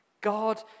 God